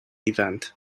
event